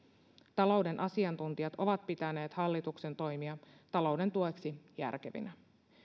talouden asiantuntijat ovat pitäneet hallituksen toimia talouden tueksi järkevinä